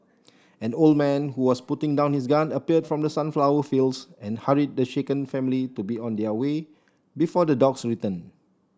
an old man who was putting down his gun appeared from the sunflower fields and hurried the shaken family to be on their way before the dogs return